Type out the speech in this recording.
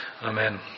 Amen